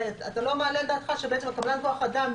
הרי אתה לא מעלה על דעתך שבעצם קבלן כוח אדם,